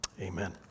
Amen